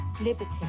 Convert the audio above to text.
liberty